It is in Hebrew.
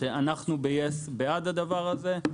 שאנחנו ביס בעד הדבר הזה,